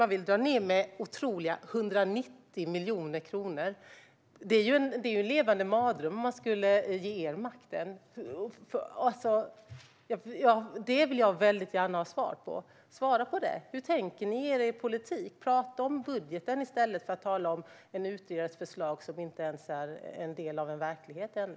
Ni vill dra ned det med otroliga 190 miljoner kronor. Det vore en levande mardröm att ge er makten. Jag vill gärna ha svar på hur ni tänker med er politik. Tala om budgeten i stället för att tala om en utredares förslag som inte ens är en del av verkligheten ännu.